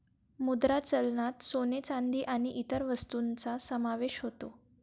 मुद्रा चलनात सोने, चांदी आणि इतर वस्तूंचा समावेश होतो